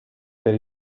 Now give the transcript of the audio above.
per